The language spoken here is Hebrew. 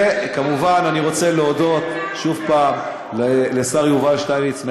כמובן, אני רוצה להודות שוב לשר יובל שטייניץ.